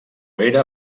era